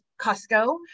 Costco